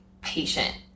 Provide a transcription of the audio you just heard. patient